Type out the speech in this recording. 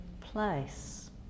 place